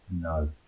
No